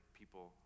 people